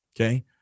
Okay